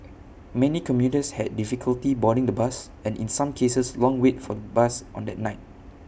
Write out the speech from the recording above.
many commuters had difficulty boarding the bus and in some cases long wait for bus on that night